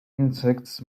insects